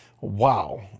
wow